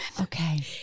Okay